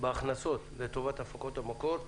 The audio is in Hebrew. בהכנסות לטובת הפקות המקור.